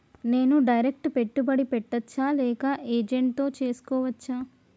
నేను డైరెక్ట్ పెట్టుబడి పెట్టచ్చా లేక ఏజెంట్ తో చేస్కోవచ్చా?